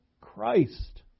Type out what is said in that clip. Christ